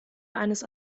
eines